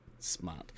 smart